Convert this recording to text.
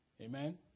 Amen